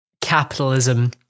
capitalism